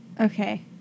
Okay